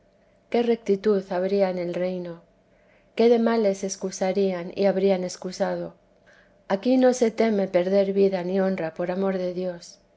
qué rectitud habría en el reino qué de males se excusarían y habrían excusado aquí no se teme perder vida ni honra por amor de dios